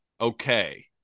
Okay